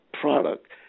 product